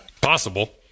Possible